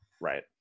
Right